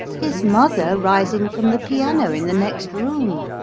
his mother rising from the piano in the next room,